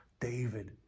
David